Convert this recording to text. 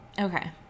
Okay